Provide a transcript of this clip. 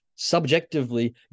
subjectively